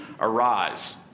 arise